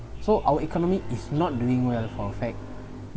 so our economy is not doing well for fact